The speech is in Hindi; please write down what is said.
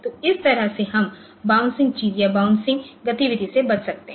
तो इस तरह से हम बाउंसिंग चीज़ या बाउंसिंग गतिविधि से बच सकते हैं